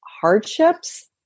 hardships